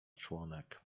członek